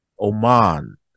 oman